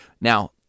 Now